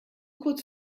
kurz